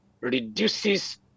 reduces